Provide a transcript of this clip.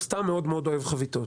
הוא סתם מאוד מאוד אוהב חביתות.